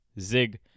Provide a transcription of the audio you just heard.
Zig